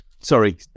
Sorry